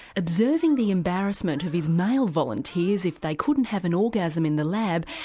observing the embarrassment of his male volunteers if they couldn't have an orgasm in the lab,